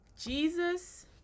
Jesus